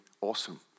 awesome